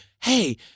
hey